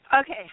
Okay